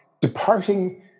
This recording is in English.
departing